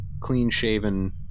clean-shaven